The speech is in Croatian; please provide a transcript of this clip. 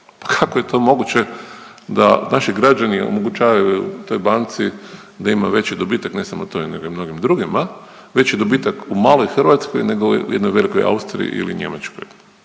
kako je to moguće da naši građani omogućavaju toj banci da ima veći dobitak, na samo toj nego i mnogim drugima, veći dobitak u maloj Hrvatskoj nego u jednoj velikoj Austriji ili Njemačkoj.